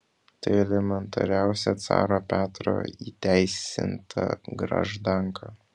tai elementariausia caro petro įteisinta graždanka